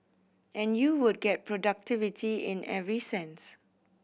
and you would get productivity in every sense